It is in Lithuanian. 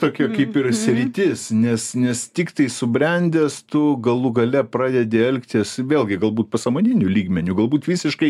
tokia kaip ir sritis nes nes tiktai subrendęs tu galų gale pradedi elgtis vėlgi galbūt pasąmoniniu lygmeniu galbūt visiškai